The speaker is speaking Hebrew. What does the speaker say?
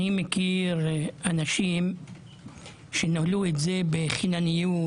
אני מכיר אנשים שניהלו את זה בחינניות,